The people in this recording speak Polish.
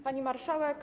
Pani Marszałek!